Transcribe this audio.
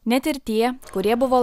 net ir tie kurie buvo